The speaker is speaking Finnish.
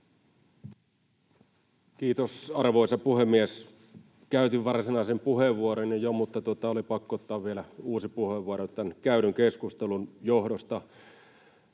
Kiitos, arvoisa puhemies! Käytin jo varsinaisen puheenvuoron, mutta oli pakko ottaa vielä uusi puheenvuoro tämän käydyn keskustelun johdosta.